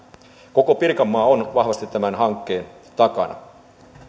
koko pirkanmaa on vahvasti tämän hankkeen takana